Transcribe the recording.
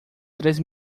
três